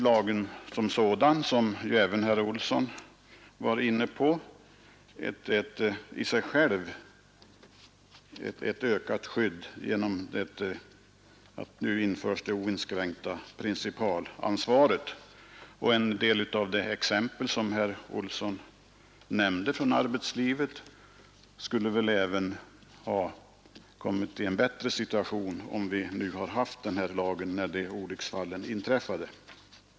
Lagen som sådan innebär ju som även herr Olsson nämnde ett i sig självt ökat skydd genom att man nu inför det oinskränkta principalansvaret. En del av de exempel som herr Olsson nämnde från arbetslivet skulle väl även ha kommit i en bättre situation om vi haft denna lag när olycksfallen inträffade.